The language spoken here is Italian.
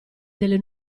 delle